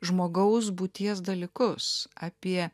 žmogaus būties dalykus apie